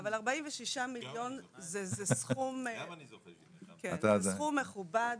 46,000,000 זה סכום מכובד,